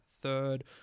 third